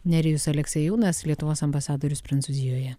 nerijus aleksiejūnas lietuvos ambasadorius prancūzijoje